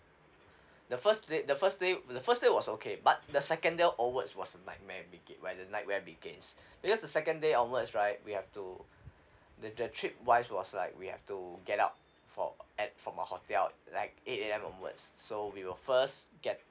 the first day the first day the first day was okay but the second day onwards was the nightmare begi~ when the nightmare begin because second day onwards right we have to the the trip wise was like we have to get up for at from our hotel like eight A_M onwards so we will first get